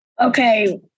Okay